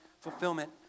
fulfillment